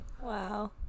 wow